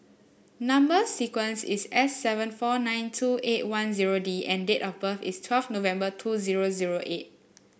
number sequence is S seven four nine two eight one zero D and date of birth is twelve November two zero zero eight